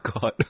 God